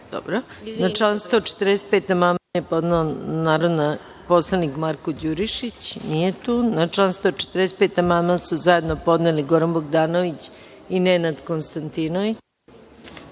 Na član 145. amandman je podneo narodni poslanik Marko Đurišić. Nije tu. Na član 145. amandman su zajedno podneli Goran Bogdanović i Nenad Konstantinović. Reč